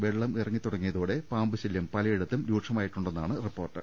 വെള്ളം ഇറങ്ങി തുടങ്ങിയ തോടെ പാമ്പു ശലൃം പലയിടത്തും രൂക്ഷമായിട്ടുണ്ടെന്നാണ് റിപ്പോർട്ട്